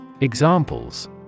Examples